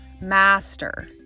master